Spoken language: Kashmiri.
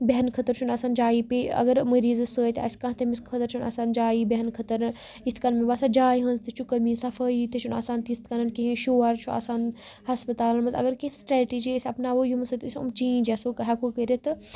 بیٚہنہ خٲطرٕ چھنہٕ آسان جایی بیٚیہِ اگر مٔریزس سۭتۍ آسہِ کانٛہہ تٔمس خۄدا رٔچھنۍ آسان جایی بیٚہنہٕ خٲطرٕ یِتھ کَن مے باسان جایہِ ہنٛز تہِ چھُ کٔمی صفٲی تہِ چھُنہ آسان تِتھ کَنن کینٛہہ شور چھُ آسان ہسپَتالن منٛز اگر کینٛہہ سِٹریٹٕجی أسۍ اَپناوو یمہٕ سۭتۍ أسۍ یِم چینج آسو ہیٚکو کٔرتھ تہٕ